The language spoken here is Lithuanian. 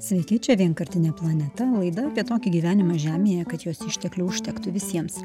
sveiki čia vienkartinė planeta laida apie tokį gyvenimą žemėje kad jos išteklių užtektų visiems